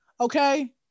okay